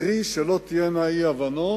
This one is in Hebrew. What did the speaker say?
קרי, שלא תהיינה אי-הבנות,